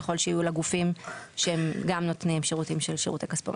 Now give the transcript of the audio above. ככל שיהיו לה גופים שהם גם נותנים שירותי כספומט.